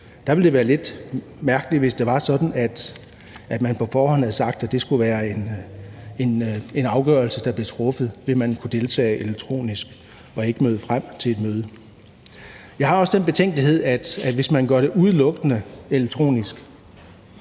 Der ville det være lidt mærkeligt, hvis det var sådan, at man på forhånd havde sagt, at det skulle være en afgørelse, der blev truffet ved at deltage elektronisk og ikke møde frem til et møde. Jeg har også den betænkelighed, at hvis man gør det udelukkende elektronisk,